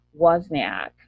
Wozniak